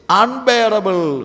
unbearable